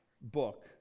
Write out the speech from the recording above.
book